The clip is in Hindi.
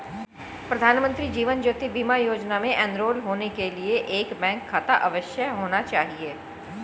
प्रधानमंत्री जीवन ज्योति बीमा योजना में एनरोल होने के लिए एक बैंक खाता अवश्य होना चाहिए